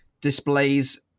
displays